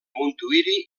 montuïri